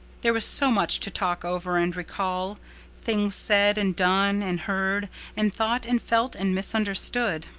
there was so much to talk over and recall things said and done and heard and thought and felt and misunderstood.